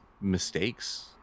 mistakes